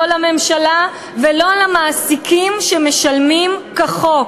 לא לממשלה ולא למעסיקים שמשלמים כחוק.